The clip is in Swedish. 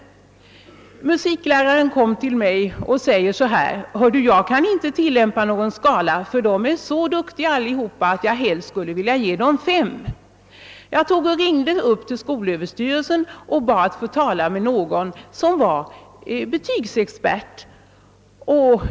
Musikläraren sade till mig vid ett tillfälle: »Jag kan inte tillämpa någon skala i betygsättningen, ty de är så duktiga allesammans att jag helst skulle vilje ge dem alla betyget 5.» Jag ringde då till skolöverstyrelsen och sade att jag sökte en betygsexpert.